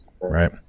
right